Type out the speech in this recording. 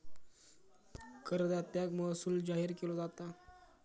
करदात्याक महसूल जाहीर केलो जाता